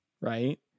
Right